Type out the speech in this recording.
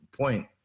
point